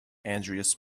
andreas